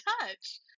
touch